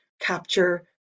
capture